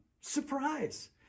surprise